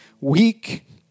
weak